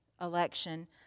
election